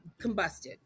combusted